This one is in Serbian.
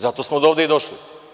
Zato smo dovde i došli.